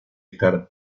estar